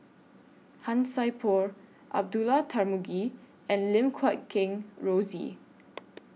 Han Sai Por Abdullah Tarmugi and Lim Guat Kheng Rosie